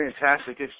fantastic